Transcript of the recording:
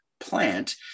plant